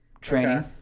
training